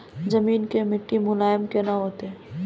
जमीन के मिट्टी मुलायम केना होतै?